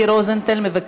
58